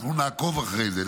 אנחנו נעקוב אחרי זה.